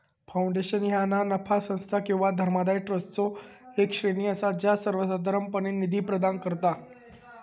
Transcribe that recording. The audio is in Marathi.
फाउंडेशन ह्या ना नफा संस्था किंवा धर्मादाय ट्रस्टचो येक श्रेणी असा जा सर्वोसाधारणपणे निधी प्रदान करता